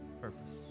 purpose